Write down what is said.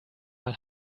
mal